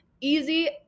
easy